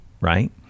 right